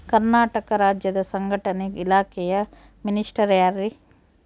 ಕರ್ನಾಟಕ ರಾಜ್ಯದ ಸಂಘಟನೆ ಇಲಾಖೆಯ ಮಿನಿಸ್ಟರ್ ಯಾರ್ರಿ?